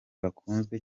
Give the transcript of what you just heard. bakunzwe